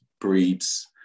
breeds